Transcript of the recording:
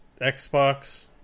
Xbox